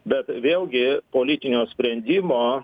bet vėlgi politinio sprendimo